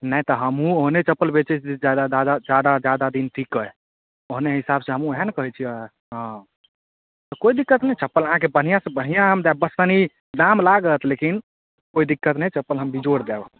नहि तऽ हमहूँ ओहने चप्पल बेचैत छी जादा जादा जादा जादा दिन टीकैत ओहने हिसाब से हमहूँ ओहए ने कहैत छियै हँ तऽ कोइ दिक्कत नहि चप्पल अहाँके बढ़िआँ से बढ़िआँ हम देब बस तनी दाम लागत लेकिन कोइ दिक्कत नहि चप्पल हम बिजोड़ देब